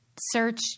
search